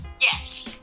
Yes